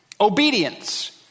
Obedience